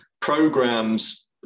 programs